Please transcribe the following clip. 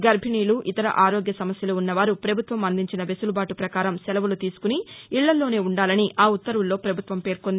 గర్భిణిలు ఇతర ఆరోగ్య సమస్యలు ఉన్న వారు ప్రభుత్వం అందించిన వెసులుబాటు ప్రకారం సెలవులు తీసుకుని ఇళ్ళలోనే ఉండాలని ఆ ఉత్తర్వుల్లో పభుత్వం పేర్కొంది